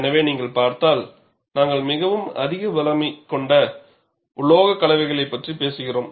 எனவே நீங்கள் பார்த்தால் நாங்கள் மிகவும் அதிக வலிமை கொண்ட உலோகக் கலவைகளைப் பற்றி பேசுகிறோம்